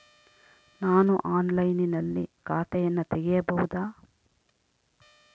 ನಾನು ಆನ್ಲೈನಿನಲ್ಲಿ ಖಾತೆಯನ್ನ ತೆಗೆಯಬಹುದಾ?